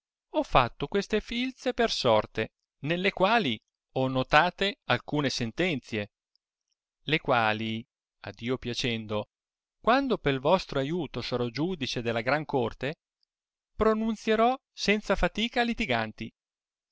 ho fatto queste filze per sorte nelle quali ho notate alcune sentenzio le quali a dio piacendo quando pel vostro aiuto sarò giudice della gran corte pronunzierò senza fatica a litiganti